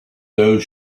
those